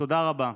תודה רבה.